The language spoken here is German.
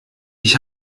ich